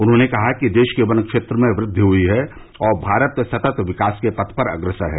उन्होंने कहा कि देश के वन क्षेत्र में वृद्वि हुई है और भारत सतत विकास के पथ पर अग्रसर है